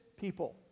people